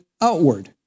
outward